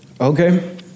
Okay